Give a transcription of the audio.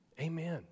Amen